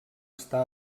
està